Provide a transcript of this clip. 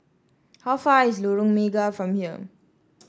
how far away is Lorong Mega from here